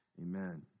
amen